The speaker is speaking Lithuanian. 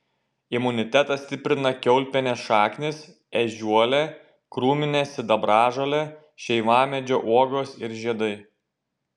imunitetą stiprina kiaulpienės šaknys ežiuolė krūminė sidabražolė šeivamedžio uogos ir žiedai